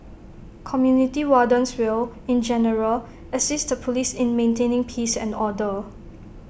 community wardens will in general assist the Police in maintaining peace and order